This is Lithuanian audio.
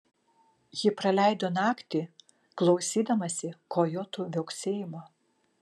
ji praleido naktį klausydamasi kojotų viauksėjimo